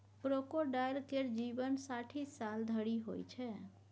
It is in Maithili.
क्रोकोडायल केर जीबन साठि साल धरि होइ छै